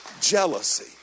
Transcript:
jealousy